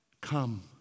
come